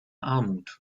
armut